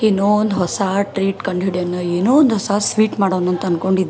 ಏನೋ ಒಂದು ಹೊಸ ಟ್ರೀಟ್ ಕಂಡು ಹಿಡ್ಯೋಣ ಏನೋ ಒಂದು ಹೊಸ ಸ್ವೀಟ್ ಮಾಡೋಣ ಅಂತ ಅಂದ್ಕೊಂಡಿದ್ದೆ